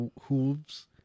hooves